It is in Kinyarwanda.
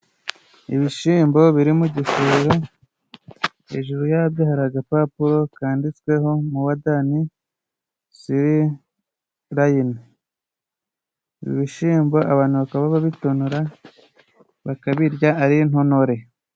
Ibishimbo biri mu gisera, hejuru yabyo hari agapapuro kanditsweho mowadani serayine. Ibishimbo abantu bakaba babitonora bakabirya ari intonore.